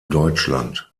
deutschland